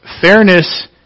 fairness